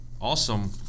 awesome